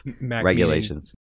regulations